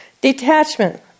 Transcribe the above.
Detachment